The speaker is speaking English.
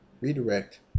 redirect